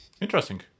Interesting